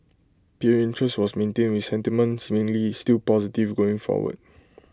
period interest was maintained with sentiment seemingly still positive going forward